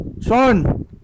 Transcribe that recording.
Sean